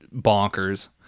bonkers